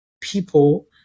people